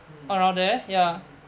mm mm mm mm